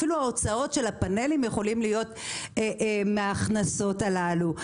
אפילו ההוצאות של הפאנלים יכולים להיות מההכנסות הללו.